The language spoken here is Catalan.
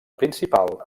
principal